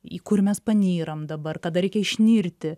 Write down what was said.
į kur mes panyram dabar kada reikia išnirti